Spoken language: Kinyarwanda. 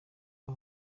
aba